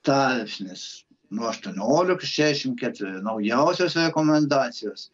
tarpsnis nuo aštuoniolikos iki šešiasdešimt ketverių naujausios rekomendacijos